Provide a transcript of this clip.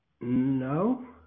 No